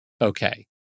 okay